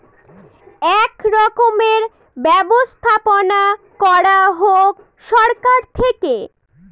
এক রকমের ব্যবস্থাপনা করা হোক সরকার থেকে